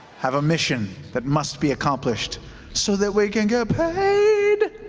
have a mission that must be accomplished so that we can get paid.